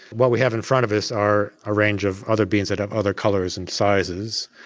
what we have in front of us are a range of other beans that have other colours and sizes,